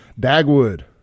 Dagwood